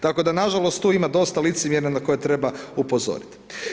Tako da nažalost tu ima dosta licemjerja na koje treba upozorit.